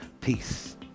peace